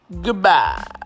Goodbye